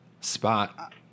spot